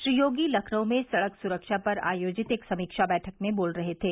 श्री योगी लखनऊ में सड़क सुरक्षा पर आयोजित एक समीक्षा बैठक में बोल रहे थे